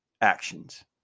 actions